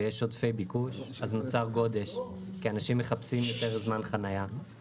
ויש עודפי ביקוש אז נוצר גודש כי אנשים מחפשים יותר זמן חנייה.